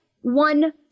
one